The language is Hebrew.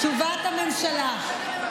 תשובת הממשלה.